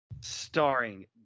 starring